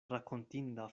rakontinda